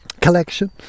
collection